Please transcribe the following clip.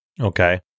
Okay